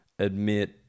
admit